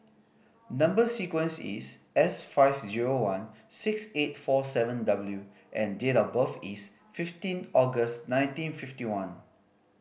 number sequence is S five zero one six eight four seven W and date of birth is fifteen August nineteen fifty one